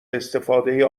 استفاده